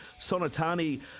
Sonatani